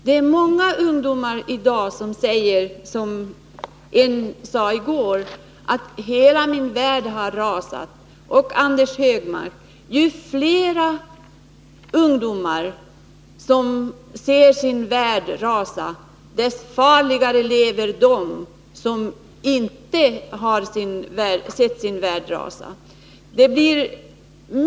Det är många ungdomar i dag som säger, liksom en sade i går: Hela min värld har rasat! Ju fler ungdomar som ser sin värld rasa, dess farligare lever de som inte har sett sin värld rasa, Anders Högmark.